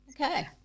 Okay